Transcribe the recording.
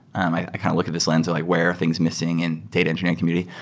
i kind of look at this lens of like where things missing in data engineering community.